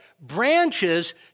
branches